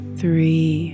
three